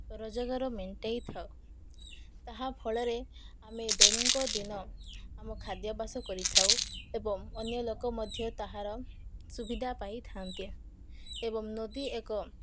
ରୋଜଗାର ମେଣ୍ଟାଇଥାଉ ତାହା ଫଳରେ ଆମେ ଦୈନିିକ ଦିନ ଆମ ଖାଦ୍ୟ ବାସ କରିଥାଉ ଏବଂ ଅନ୍ୟ ଲୋକ ମଧ୍ୟ ତାହାର ସୁବିଧା ପାଇଥାନ୍ତି ଏବଂ ନଦୀ ଏକ